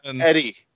Eddie